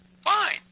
fine